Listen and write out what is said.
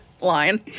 line